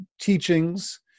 teachings